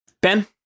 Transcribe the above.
Ben